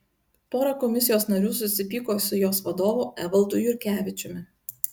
pora komisijos narių susipyko su jos vadovu evaldu jurkevičiumi